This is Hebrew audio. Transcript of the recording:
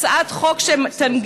זאת הצעת חוק שתנגיש,